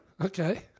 Okay